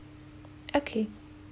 okay